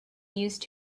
used